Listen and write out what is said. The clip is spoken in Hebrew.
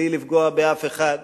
בלי לפגוע באף אחד.